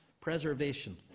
preservation